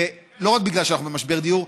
ולא רק בגלל שאנחנו במשבר דיור,